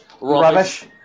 Rubbish